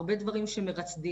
הרבה דברים שמרצדים,